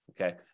okay